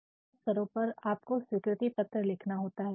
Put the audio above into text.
कई अवसरों पर आपको अस्वीकृति पत्र लिखना होता है